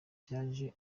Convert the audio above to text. cyaje